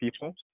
people